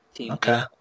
Okay